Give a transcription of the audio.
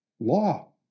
law